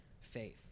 faith